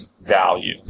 value